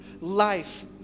life